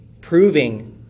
proving